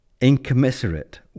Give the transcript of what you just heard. incommensurate